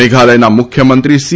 મેઘાલયના મુખ્યમંત્રી સી